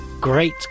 great